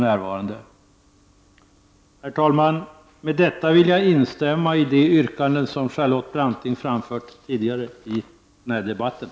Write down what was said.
Herr talman! Med detta vill jag instämma i de yrkanden som Charlotte Branting framfört tidigare i den här debatten.